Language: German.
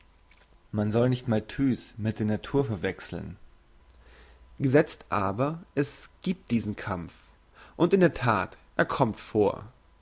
man soll nicht malthus mit der natur verwechseln gesetzt aber es giebt diesen kampf und in der that er kommt vor